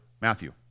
Matthew